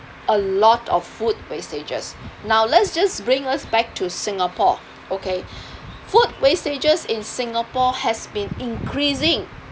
a lot of food wastages now let's just bring us back to singapore okay food wastages in singapore has been increasing